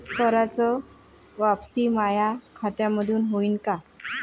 कराच वापसी माया खात्यामंधून होईन का?